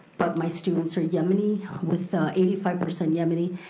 but my students are yemeni with eighty five percent yemeni,